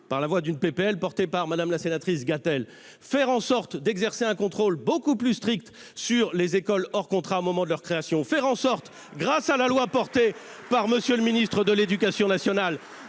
proposition de loi portée par Mme la sénatrice Gatel, d'exercer un contrôle beaucoup plus strict sur les écoles hors contrat au moment de leur création ; faire en sorte aussi, grâce à la loi portée par M. le ministre de l'éducation nationale,